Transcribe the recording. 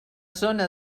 zona